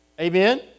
Amen